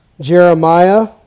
Jeremiah